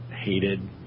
hated